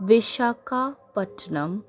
Visakhapatnam